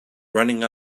running